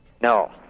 No